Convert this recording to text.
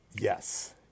Yes